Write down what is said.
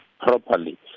properly